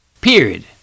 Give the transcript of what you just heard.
Period